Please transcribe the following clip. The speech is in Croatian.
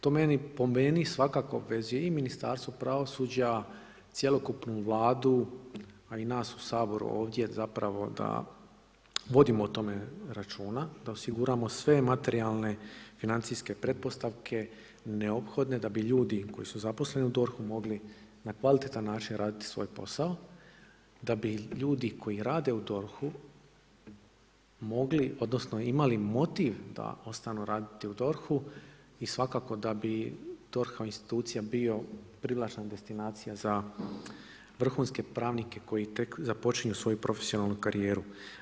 To po meni svakako obvezuje i Ministarstvo pravosuđa, cjelokupnu Vladu, a i nas ovdje u Saboru da vodimo o tome računa, da osiguramo sve materijalne, financijske pretpostavke neophodne da bi ljudi koji su zaposleni u DORH-u mogli na kvalitetan način raditi svoj posao da bi ljudi koji rade u DORH-u imali motiv da ostanu raditi u DORH-u i svakako da bi DORH kao institucija bio privlačna destinacija za vrhunske pravnike koji tek započinju svoju profesionalnu karijeru.